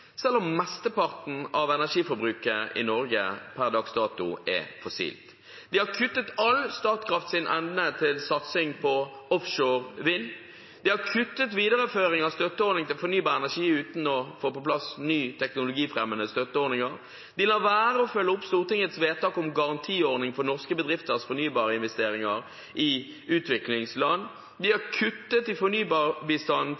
selv om mesteparten av energiforbruket i Norge per dags dato er fossilt. De har kuttet i hele Statkrafts evne til satsing på offshore vind. De har kuttet videreføring av støtteordningen til fornybar energi uten å få på plass nye, teknologifremmende støtteordninger. De lar være å følge opp Stortingets vedtak om en garantiordning for norske bedrifters fornybarinvesteringer i utviklingsland. De har